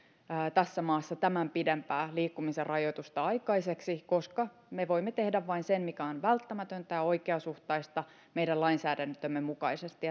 tässä maassa tämän pidempää liikkumisen rajoitusta aikaiseksi koska me voimme tehdä vain sen mikä on välttämätöntä ja oikeasuhtaista meidän lainsäädäntömme mukaisesti